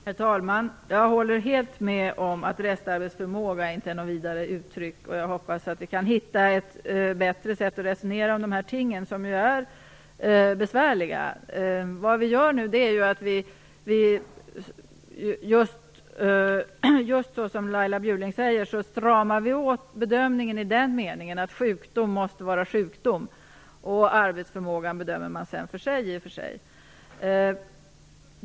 Herr talman! Jag håller helt med om att restarbetsförmåga inte är något vidare uttryck. Jag hoppas att vi kan hitta ett bättre sätt att resonera om de här tingen, som ju är besvärliga. Det vi gör nu är, just som Laila Bjurling säger, att vi stramar åt bedömningen i den meningen att sjukdom måste vara sjukdom. Arbetsförmågan bedömer man sedan för sig.